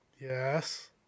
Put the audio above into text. Yes